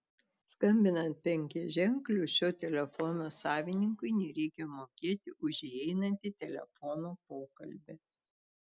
skambinant penkiaženkliu šio telefono savininkui nereikia mokėti už įeinantį telefono pokalbį